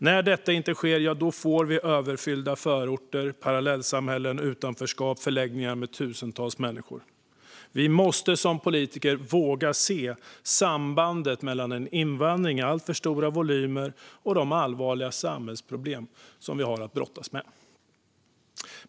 När detta inte sker får vi överfyllda förorter, parallellsamhällen, utanförskap och förläggningar med tusentals människor. Vi måste som politiker våga se sambandet mellan en invandring i alltför stora volymer och de allvarliga samhällsproblem som vi har att brottas med.